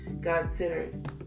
God-centered